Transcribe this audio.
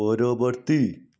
ପରବର୍ତ୍ତୀ